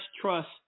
trust